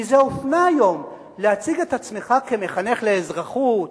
כי זאת אופנה היום להציג את עצמך כמחנך לאזרחות,